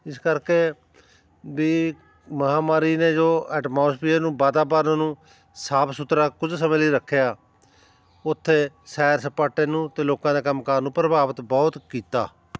ਇਸ ਕਰਕੇ ਵੀ ਮਹਾਂਮਾਰੀ ਨੇ ਜੋ ਐਟਮੋਸਫੀਅਰ ਨੂੰ ਵਾਤਾਵਰਨ ਨੂੰ ਸਾਫ ਸੁਥਰਾ ਕੁਝ ਸਮੇਂ ਲਈ ਰੱਖਿਆ ਉੱਥੇ ਸੈਰ ਸਪਾਟੇ ਨੂੰ ਅਤੇ ਲੋਕਾਂ ਦਾ ਕੰਮ ਕਾਰ ਨੂੰ ਪ੍ਰਭਾਵਿਤ ਬਹੁਤ ਕੀਤਾ